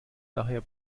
daher